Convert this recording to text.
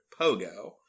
pogo